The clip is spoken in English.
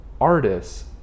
artists